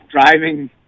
driving